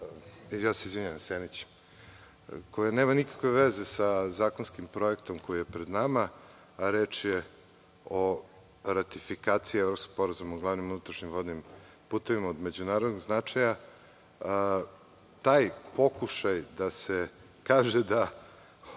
ja se izvinjavam Senić, koja nema nikakve veze sa zakonskim projektom koji je pred nama. Reč je o ratifikaciji Evropskog sporazuma o glavnim unutrašnjim vodnim putevima od međunarodnog značaja. Taj pokušaj da se kaže da